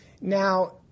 Now